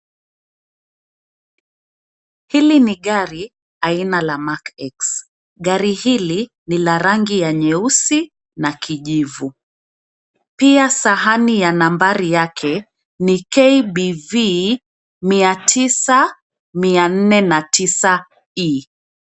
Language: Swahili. Hili ni gari aina la Mark X, gari hili ni la rangi ya nyeusi na kijivu. Pia sahani ya nambari yake ni KBV 949E.